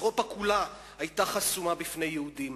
אירופה כולה היתה חסומה בפני יהודים.